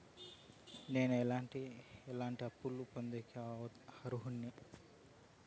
నేను ఎట్లాంటి ఎట్లాంటి అప్పులు పొందేకి అర్హుడిని?